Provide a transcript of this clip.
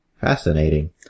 Fascinating